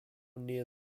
near